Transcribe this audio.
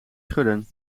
schudden